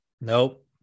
Nope